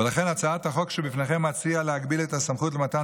ולכן הצעת החוק שבפניכם מציעה להגביל את הסמכות למתן